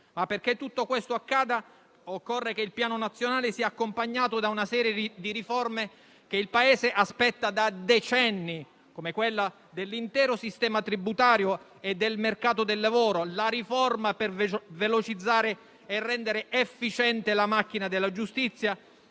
Perché tutto ciò accada occorre che il Piano nazionale sia accompagnato da una serie di riforme che il Paese aspetta da decenni - penso a quella dell'intero sistema tributario, del mercato del lavoro e alla riforma per velocizzare e rendere efficiente la macchina della giustizia